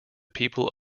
people